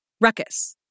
ruckus